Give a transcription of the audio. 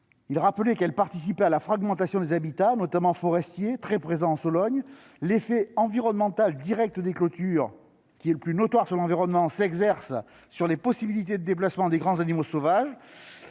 ces enclos « participent à la fragmentation des habitats, notamment forestiers, très présents en Sologne ». Il ajoutait :« L'effet environnemental direct des clôtures, le plus notoire sur l'environnement, s'exerce sur les possibilités de déplacements des grands animaux sauvages,